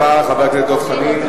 תודה רבה לחבר הכנסת דב חנין.